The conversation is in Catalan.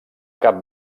cap